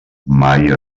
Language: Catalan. mai